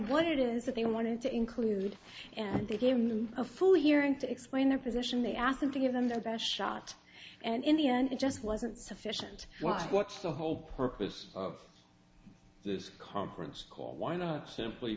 what it is that they wanted to include and they came to a full hearing to explain their position they asked them to give them the best shot and in the end it just wasn't sufficient was what's the whole purpose of this conference call why not simply